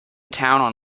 town